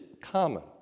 common